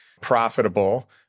profitable